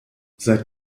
seit